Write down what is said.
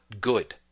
good